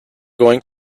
going